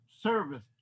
service